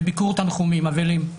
לביקור אבלים.